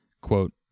quote